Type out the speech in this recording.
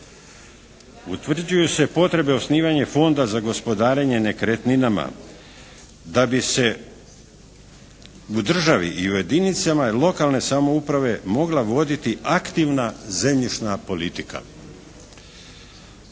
Utvrđuju se potrebe osnivanja Fonda za gospodarenje nekretninama da bi se u državi i u jedinicama lokalne samouprave mogla voditi aktivna zemljišna politika.